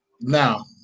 now